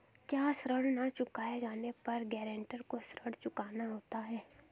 क्या ऋण न चुकाए जाने पर गरेंटर को ऋण चुकाना होता है?